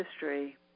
history